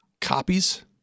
copies